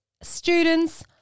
students